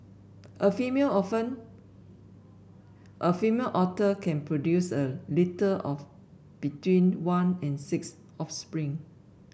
a female often a female otter can produce a litter of between one and six offspring